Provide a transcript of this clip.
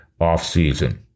offseason